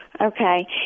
Okay